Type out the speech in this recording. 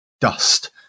dust